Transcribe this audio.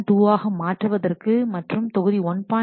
2 ஆக மாற்றுவதற்கு மற்றும் தொகுதி 1